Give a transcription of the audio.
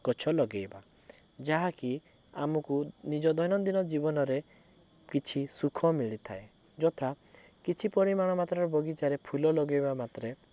ଗଛ ଲଗେଇବା ଯାହାକି ଆମକୁ ନିଜ ଦୈନନ୍ଦିନ ଜୀବନରେ କିଛି ସୁଖ ମିଳିଥାଏ ଯଥା କିଛି ପରିମାଣ ମାତ୍ରାରେ ବଗିଚାରେ ଫୁଲ ଲଗେଇବା ମାତ୍ରେ